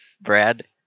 brad